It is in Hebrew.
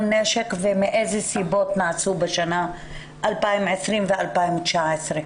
נשק ומאילו סיבות נעשו בשנת 2020 ו-2019?